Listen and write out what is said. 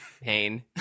pain